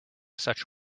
such